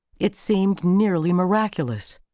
it seemed nearly miraculous.